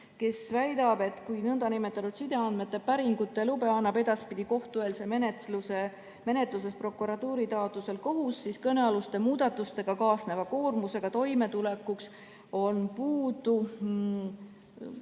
kes on väitnud, et kui nn sideandmete päringute lube annab edaspidi kohtueelses menetluses prokuratuuri taotlusel kohus, siis kõnealuste muudatustega kaasneva koormusega toimetulekuks on üle